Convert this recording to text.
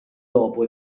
dopo